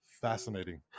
Fascinating